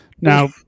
Now